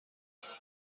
سوالات